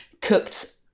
cooked